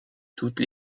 toutes